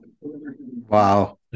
Wow